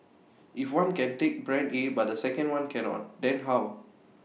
if one can take Brand A but the second one cannot then how